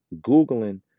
Googling